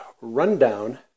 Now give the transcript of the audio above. rundown